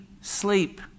sleep